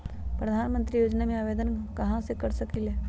प्रधानमंत्री योजना में आवेदन कहा से कर सकेली?